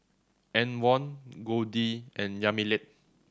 Antwon Goldie and Yamilet